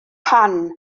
pan